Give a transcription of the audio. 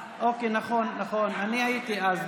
נכון, אני הייתי אז.